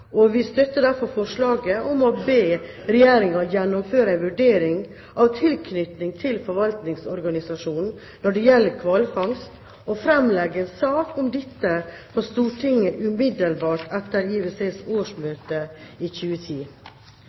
og vi fremmer derfor sammen med Fremskrittspartiet og Høyre forslag om å be Regjeringen «gjennomføre en vurdering av tilknytning til forvaltningsorganisasjon når det gjelder hvalfangst og fremlegge en sak om dette for Stortinget, umiddelbart etter IWCs årsmøte i 2010».